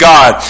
God